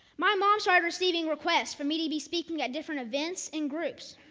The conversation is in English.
my mom started receiving requests for me to be speaking at different events and groups.